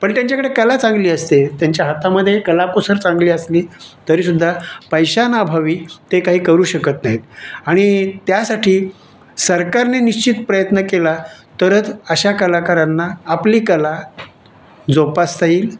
पण त्यांच्याकडे कला चांगली असते त्यांच्या हातामध्ये कलाकुसर चांगली असली तरीसुद्धा पैशांअभावी ते काही करू शकत नाहीत आणि त्यासाठी सरकारने निश्चित प्रयत्न केला तरच अशा कलाकारांना आपली कला जोपासता येईल